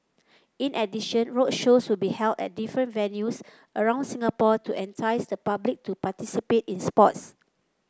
in addition roadshows will be held at different venues around Singapore to entice the public to participate in sports